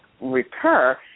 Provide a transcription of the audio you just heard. recur